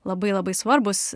labai labai svarbūs